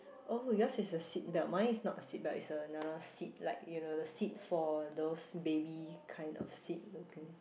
oh yours is a seat belt mine is not a seat belt is another seat like you know the seat for those baby kind of seat looking